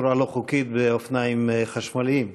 בצורה לא חוקית באופניים חשמליים,